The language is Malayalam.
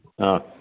ആ